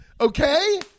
Okay